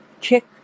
kick